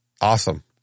awesome